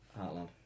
Heartland